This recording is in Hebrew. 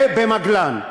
ובמגלן.